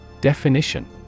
Definition